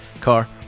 Car